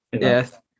Yes